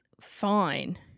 fine